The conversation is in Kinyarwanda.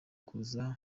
kuza